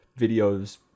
videos